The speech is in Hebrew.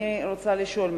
אני רוצה לשאול,